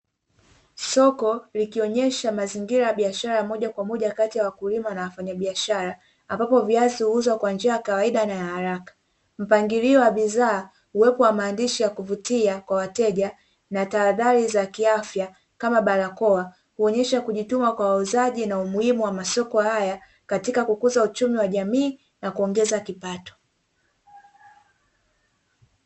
Soko likionyesha mazingira ya biashara moja kwa moja kati ya wakulima na wafanyabiashara, ambapo viazi huuzwa kwa njia ya kawaida na ya haraka. Mpangilio wa bidhaa, uwepo wa maandishi ya kuvutia kwa wateja, na tahadhari za kiafya kama barakoa, kuonyesha kujituma kwa wauzaji na umuhimu wa masoko haya katika kukuza uchumi wa jamii na kuongeza kipato.